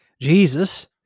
Jesus